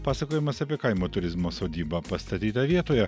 pasakojimas apie kaimo turizmo sodybą pastatytą vietoje